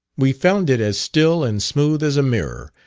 we found it as still and smooth as a mirror,